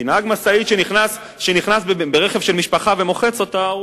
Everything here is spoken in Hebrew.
כי נהג משאית שנכנס ברכב של משפחה ומוחץ אותה,